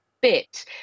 bit